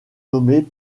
nommés